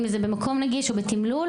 אם זה מקום נגיש או תמלול,